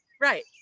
Right